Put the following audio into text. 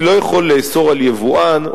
אני לא יכול לאסור על יבואן,